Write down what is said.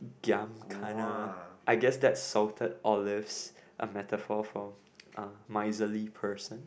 giam kana I guess that's salted olives a metaphor for a miserly person